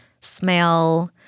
smell